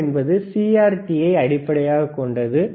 CRO என்பது CRT ஐ அடிப்படையாகக் கொண்டது